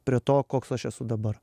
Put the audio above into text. prie to koks aš esu dabar